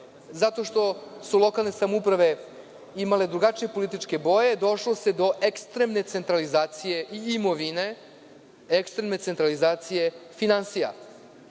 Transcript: zato što su lokalne samouprave imale drugačije političke boje, došlo se do ekstremne centralizacije imovine, ekstremne centralizacije finansija.